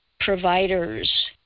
providers